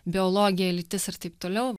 biologija lytis ir taip toliau